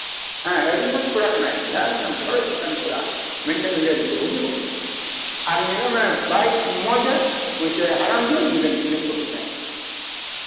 ᱦᱮᱸ ᱟᱹᱰᱤ ᱢᱚᱸᱡᱽ ᱠᱚᱲᱟ ᱠᱟᱱᱟᱭ ᱮᱠᱫᱚᱢ ᱥᱚᱨᱚᱡ ᱞᱮᱠᱟᱱ ᱠᱚᱲᱟ ᱢᱮᱱᱠᱷᱟᱱ ᱩᱱᱤᱨᱮᱱ ᱵᱟᱹᱦᱩ ᱜᱮ ᱵᱟᱠᱚ ᱛᱟᱦᱮᱱ ᱠᱟᱱᱟ ᱟᱨ ᱧᱮᱞᱮ ᱢᱮ ᱵᱟᱭ ᱢᱚᱸᱡᱽᱼᱟ ᱦᱟᱲᱟᱢ ᱜᱮᱭᱟᱭ ᱩᱱᱤ ᱨᱮᱱ ᱛᱤᱱᱟᱹᱜ ᱵᱟᱹᱦᱩ ᱛᱟᱭ